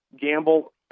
gamble